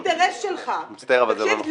האינטרס שלך --- מצטער, אבל זה לא נכון.